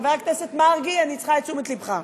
חבר הכנסת מרגי, אני צריכה את תשומת לבך.